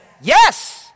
Yes